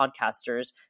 podcasters